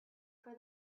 for